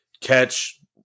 catch